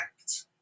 Act